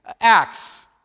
ACTS